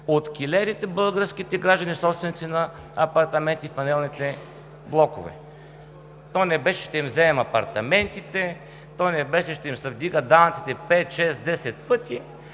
от килерите българските граждани, собственици на апартаменти в панелните блокове. То не беше ще им вземем апартаментите, то не беше ще им се вдигат данъците пет, шест,